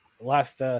last